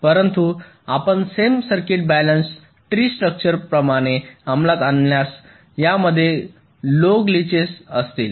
परंतु आपण same circuit balanced tree structure प्रमाणे अंमलात आणल्यास यामध्ये लो ग्लिच असतील